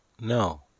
No